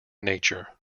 nature